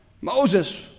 Moses